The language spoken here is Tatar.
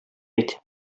әйт